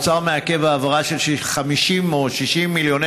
האוצר מעכב העברה של 50 או 60 מיליוני